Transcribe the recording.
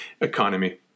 economy